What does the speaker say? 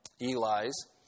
Eli's